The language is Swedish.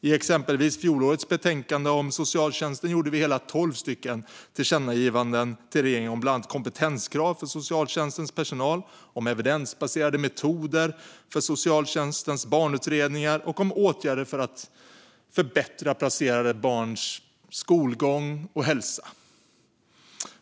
I samband med fjolårets betänkande om socialtjänsten, exempelvis, gjorde vi hela tolv tillkännagivanden till regeringen om bland annat kompetenskrav för socialtjänstens personal, evidensbaserade metoder för socialtjänstens barnutredningar och åtgärder för att förbättra placerade barns skolgång och hälsa.